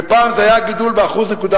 ופעם זה היה גידול ב-1.7%,